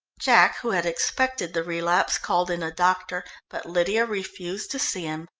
jack, who had expected the relapse, called in a doctor, but lydia refused to see him.